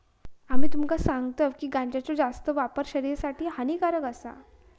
आम्ही तुमका सांगतव की गांजाचो जास्त वापर शरीरासाठी हानिकारक आसा